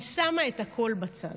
אני שמה את הכול בצד.